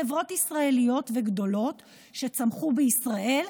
חברות ישראליות וגדולות שצמחו בישראל,